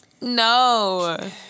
No